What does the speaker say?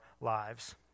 lives